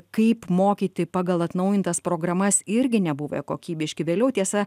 kaip mokyti pagal atnaujintas programas irgi nebuvę kokybiški vėliau tiesa